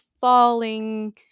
falling